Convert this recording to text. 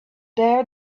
there